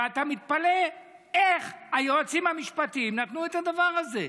ואתה מתפלא איך היועצים המשפטיים נתנו את הדבר הזה.